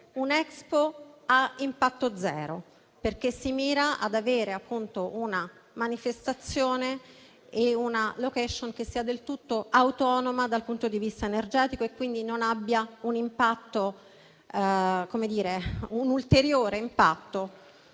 un Expo a impatto zero perché si mira ad avere una manifestazione e una *location* che siano del tutto autonome dal punto di vista energetico, senza ulteriore impatto